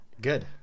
Good